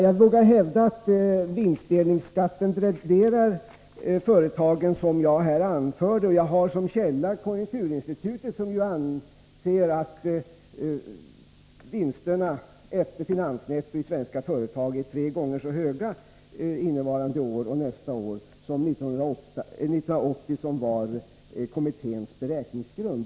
Jag vågar hävda att vinstdelningsskatten dränerar företagen som jag här anförde. Jag har som källa konjunkturinstitutet, som ju anser att vinsterna efter finansnetto i svenska företag är tre gånger så höga innevarande år och nästa år som 1980; vilket var kommitténs beräkningsgrund.